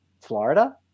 Florida